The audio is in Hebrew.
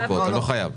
אתה לא חייב.